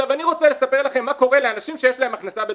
אני רוצה לספר לכם מה קורה לאנשים שיש להם הכנסה בטוחה.